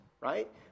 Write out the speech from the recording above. right